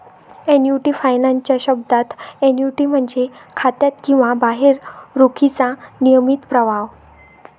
annuity finance च्या शब्दात, annuity म्हणजे खात्यात किंवा बाहेर रोखीचा नियमित प्रवाह